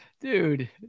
Dude